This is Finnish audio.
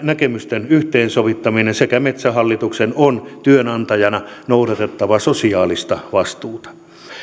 näkemysten yhteensovittaminen sekä metsähallituksen on työnantajana noudatettava sosiaalista vastuuta